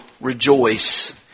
rejoice